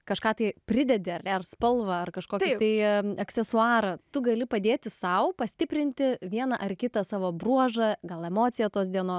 kažką tai pridedi ar ne ar spalvą ar kažkokį tai aksesuarą tu gali padėti sau pastiprinti vieną ar kitą savo bruožą gal emocija tos dienos